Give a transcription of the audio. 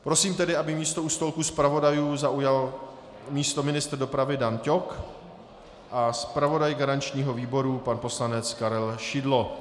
Prosím, aby místo u stolku zpravodajů zaujal ministr dopravy Dan Ťok a zpravodaj garančního výboru pan poslanec Karel Šidlo.